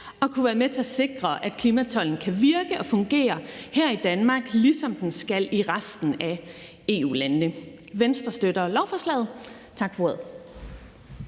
at kunne være med til at sikre, at klimatolden kan fungere her i Danmark, ligesom den skal i resten af EU-landene. Venstre støtter lovforslaget. Tak for ordet.